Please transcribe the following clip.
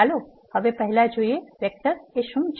ચાલો હવે પહેલા જોઈએ વેક્ટર શું છે